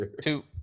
two